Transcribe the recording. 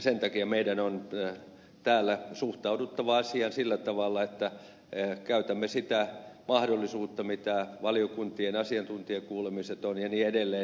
sen takia meidän on täällä suhtauduttava asiaan sillä tavalla että käytämme sitä mahdollisuutta mitä valiokuntien asiantuntijakuulemiset tarjoavat ja niin edelleen